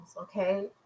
okay